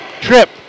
Trip